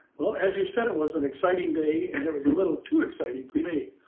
well, as you said it was an exciting day and it was a little too exciting for me.